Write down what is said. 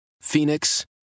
Phoenix